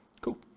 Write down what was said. Cool